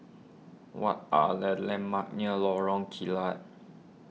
what are the landmarks near Lorong Kilat